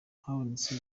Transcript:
habonetse